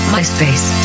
MySpace